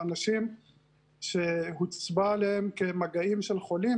אנשים שהוצבע עליהם כמגעים של חולים,